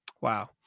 Wow